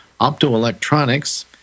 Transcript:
optoelectronics